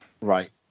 Right